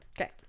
Okay